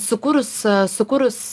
sukūrus sukūrus